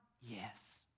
Yes